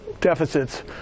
deficits